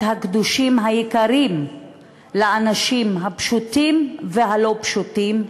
הקדושים היקרים לאנשים הפשוטים והלא-פשוטים,